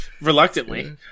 Reluctantly